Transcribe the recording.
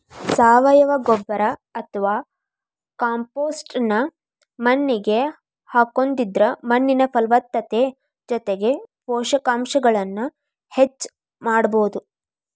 ಸಾವಯವ ಗೊಬ್ಬರ ಅತ್ವಾ ಕಾಂಪೋಸ್ಟ್ ನ್ನ ಮಣ್ಣಿಗೆ ಹಾಕೋದ್ರಿಂದ ಮಣ್ಣಿನ ಫಲವತ್ತತೆ ಜೊತೆಗೆ ಪೋಷಕಾಂಶಗಳನ್ನ ಹೆಚ್ಚ ಮಾಡಬೋದು